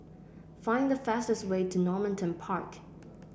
find the fastest way to Normanton Park